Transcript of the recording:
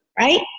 Right